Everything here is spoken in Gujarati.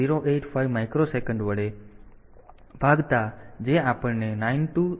085 માઇક્રોસેકન્ડ વડે ભાગ્યા જે આપણને 9216 આપે છે